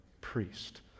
priest